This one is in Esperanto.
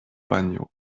panjo